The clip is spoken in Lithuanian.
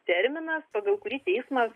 terminas pagal kurį teismas